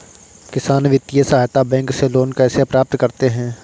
किसान वित्तीय सहायता बैंक से लोंन कैसे प्राप्त करते हैं?